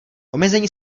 omezení